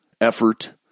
effort